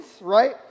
right